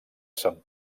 sant